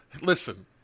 listen